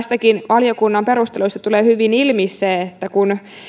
valiokunnan perusteluistakin tulee hyvin ilmi se että kun